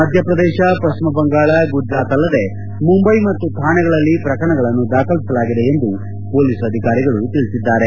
ಮಧ್ಯಪ್ರದೇಶ ಪಶ್ಚಿಮಬಂಗಾಳ ಗುಜರಾತ್ ಅಲ್ಲದೇ ಮುಂಬೈ ಮತ್ತು ಥಾಣೆಗಳಲ್ಲಿ ಪ್ರಕರಣಗಳನ್ನು ದಾಖಲಿಸಲಾಗಿದೆ ಎಂದು ಮೊಲೀಸ್ ಅಧಿಕಾರಿಗಳು ತಿಳಿಸಿದ್ದಾರೆ